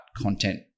content